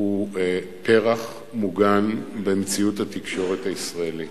היא פרח מוגן במציאות התקשורת הישראלית.